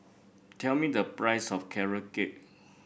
tell me the price of Carrot Cake